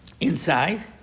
Inside